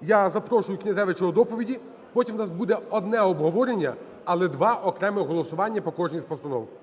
Я запрошую Князевича до доповіді, потім у нас буде одне обговорення, але два окремих голосування по кожній з постанов.